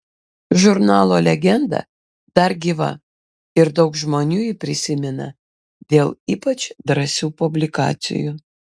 žurnalo legenda dar gyva ir daug žmonių jį prisimena dėl ypač drąsių publikacijų